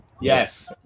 Yes